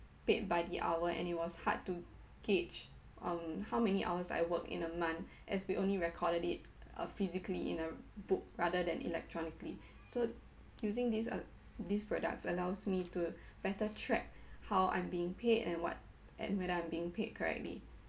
paid by the hour and it was hard to gauge on how many hours I work in a month as we only recorded it uh physically in a book rather than electronically so using these uh these products allows me to better track how I'm being paid and what and whether I'm being paid correctly